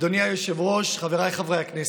אדוני היושב-ראש, חבריי חברי הכנסת,